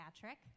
Patrick